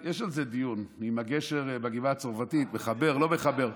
יש על זה דיון: האם הגשר בגבעה הצרפתית מחבר או לא מחבר?